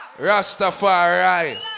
Rastafari